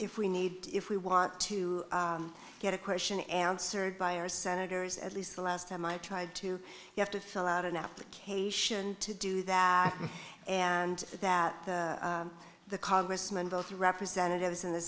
if we need if we want to get a question answered by our senators at least the last time i tried to you have to fill out an application to do that and that the congressman both representatives and the